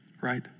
Right